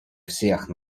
всех